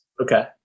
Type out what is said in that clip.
Okay